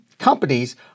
companies